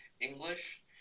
English